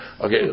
Okay